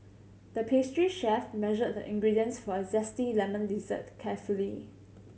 the pastry chef measured the ingredients for a zesty lemon dessert carefully